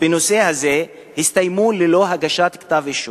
בנושא הזה הסתיימו ללא הגשת כתב-אישום.